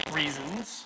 reasons